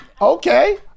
Okay